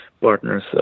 partners